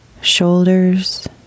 shoulders